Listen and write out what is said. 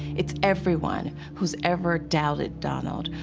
it's everyone who's ever doubted donald,